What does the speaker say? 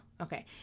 okay